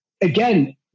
again